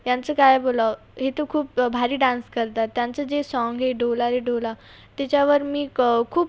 यांचं काय बोलावं हे तर खूप भारी डान्स करतात त्यांचं जे साँग आहे डोला रे डोला त्याच्यावर मी क खूप